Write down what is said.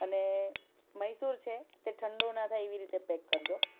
અને મૈસુર છે તે ઠંડુ ના થાય એવી રીતે પેક કરજો